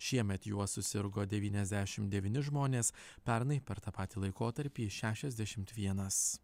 šiemet juo susirgo devyniasdešim devyni žmonės pernai per tą patį laikotarpį šešiasdešimt vienas